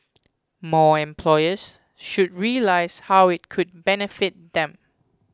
more employers should realise how it could benefit them